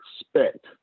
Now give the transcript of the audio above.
expect